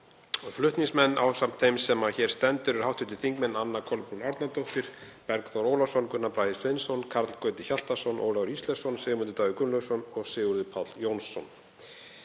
Flutningsmenn ásamt þeim sem hér stendur eru hv. þingmenn Anna Kolbrún Árnadóttir, Bergþór Ólason, Gunnar Bragi Sveinsson, Karl Gauti Hjaltason, Ólafur Ísleifsson, Sigmundur Davíð Gunnlaugsson og Sigurður Páll Jónsson.